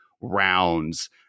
rounds